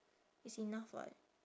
it's enough [what]